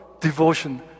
devotion